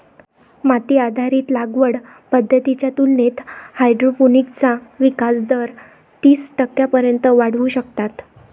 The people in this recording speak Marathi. माती आधारित लागवड पद्धतींच्या तुलनेत हायड्रोपोनिक्सचा विकास दर तीस टक्क्यांपर्यंत वाढवू शकतात